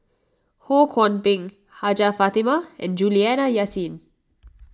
Ho Kwon Ping Hajjah Fatimah and Juliana Yasin